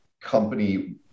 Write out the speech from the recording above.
company